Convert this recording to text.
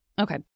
Okay